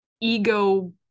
ego